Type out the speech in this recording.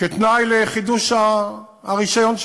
כתנאי לחידוש הרישיון שלהם.